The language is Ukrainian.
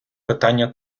питання